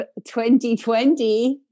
2020